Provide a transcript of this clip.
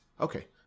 Okay